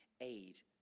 aid